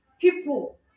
People